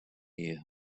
year